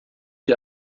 die